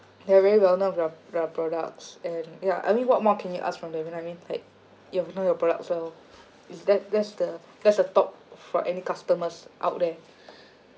they are very well known for their their products and ya I mean what more can you ask from them you know what I mean like you've know your products well is that there's the there's the top for any customers out there